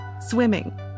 swimming